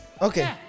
Okay